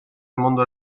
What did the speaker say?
mondo